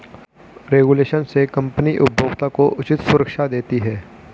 regulation से company उपभोक्ता को उचित सुरक्षा देती है